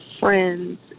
friends